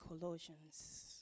Colossians